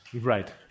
Right